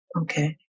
okay